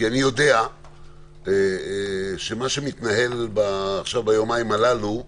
כי אני יודע שמה שמתנהל ביומיים הללו,